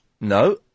No